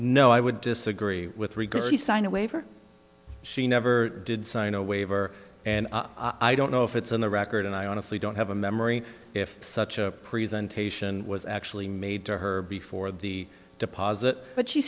no i would disagree with regard to sign a waiver she never did sign a waiver and i don't know if it's on the record and i honestly don't have a memory if such a presentation was actually made to her before the deposit but she